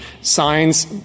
signs